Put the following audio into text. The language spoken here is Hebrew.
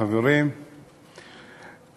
חברים,